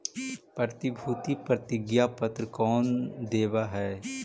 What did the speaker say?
प्रतिभूति प्रतिज्ञा पत्र कौन देवअ हई